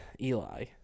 eli